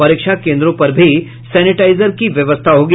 परीक्षा केन्द्रों पर भी सैनिटाइजर की व्यवस्था होगी